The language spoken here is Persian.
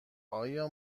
آیا